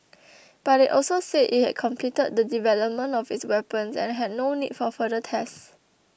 but it also said it had completed the development of its weapons and had no need for further tests